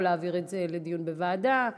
או להעביר את הנושא לדיון בוועדה?